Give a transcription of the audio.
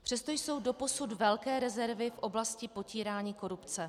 Přesto jsou doposud velké rezervy v oblasti potírání korupce.